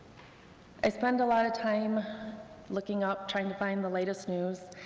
i spend a lot of time looking up, trying to find the latest news,